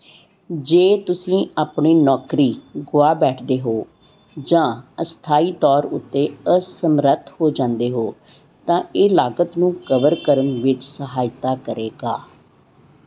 ਜੇ ਤੁਸੀਂ ਆਪਣੀ ਨੌਕਰੀ ਗੁਆ ਬੈਠਦੇ ਹੋ ਜਾਂ ਅਸਥਾਈ ਤੌਰ ਉੱਤੇ ਅਸਮਰੱਥ ਹੋ ਜਾਂਦੇ ਹੋ ਤਾਂ ਇਹ ਲਾਗਤ ਨੂੰ ਕਵਰ ਕਰਨ ਵਿੱਚ ਸਹਾਇਤਾ ਕਰੇਗਾ